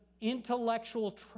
intellectual